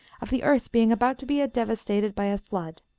of the earth being about to be devastated by a flood.